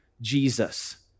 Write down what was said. Jesus